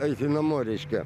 eiti namo reiškia